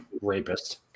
rapist